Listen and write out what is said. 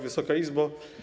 Wysoka Izbo!